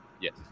yes